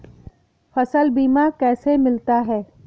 फसल बीमा कैसे मिलता है?